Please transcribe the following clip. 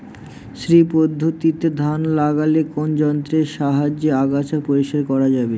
শ্রী পদ্ধতিতে ধান লাগালে কোন যন্ত্রের সাহায্যে আগাছা পরিষ্কার করা যাবে?